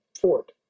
fort